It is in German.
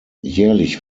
jährlich